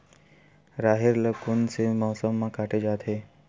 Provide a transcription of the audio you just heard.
राहेर ल कोन से मौसम म काटे जाथे?